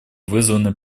вызваны